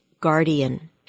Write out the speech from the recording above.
guardian